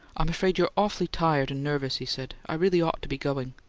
i'm afraid you're awfully tired and nervous, he said. i really ought to be going.